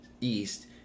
east